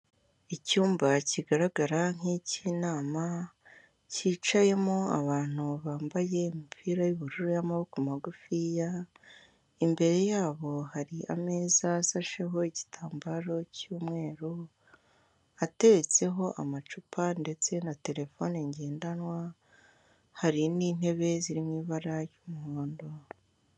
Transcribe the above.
Inyemezabwishyu yatanzwe n'ikigo k'imisoro n'amahoro mu Rwanda kwerekana izina ry'isosiyete, umusoro w'ubucuruzi wishyuwe itariki yishyuriyeho ndetse n'amafaranga yagombagwa kwishyurwa. Inyemezabwishyu irimo kandi amakuru ajyanye n'ishami ry'isosiyete, igihano cy'ubukererwe ni nyungu zishyuwe. Inyandiko yerekana ko umusoro w'ubucuruzi w'umwaka w'ibihumbi bibiri na makumyabiri, wishyuwe mu karere ka Nyarugenge.